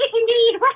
indeed